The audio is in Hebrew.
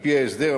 על-פי ההסדר,